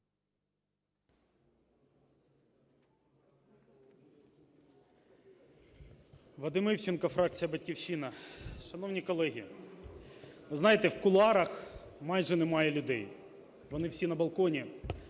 Вадим Івченко, фракція "Батьківщина". Шановні колеги, ви знаєте, в кулуарах майже немає людей, вони всі на балконі